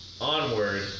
onward